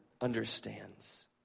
understands